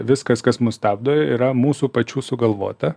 viskas kas mus stabdo yra mūsų pačių sugalvota